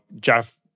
Jeff